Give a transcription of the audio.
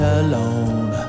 alone